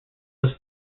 was